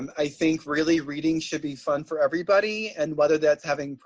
i think, really, reading should be fun for everybody and whether that's having,